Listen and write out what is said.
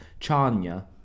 Chania